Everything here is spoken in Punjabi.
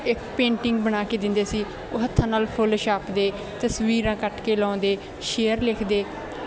ਇਹ ਪੇਂਟਿੰਗ ਬਣਾ ਕੇ ਦਿੰਦੇ ਸੀ ਉਹ ਹੱਥਾਂ ਨਾਲ ਫੁੱਲ ਛਾਪਦੇ ਤਸਵੀਰਾਂ ਕੱਟ ਕੇ ਲਾਉਂਦੇ ਸ਼ੇਅਰ ਲਿਖਦੇ